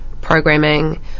programming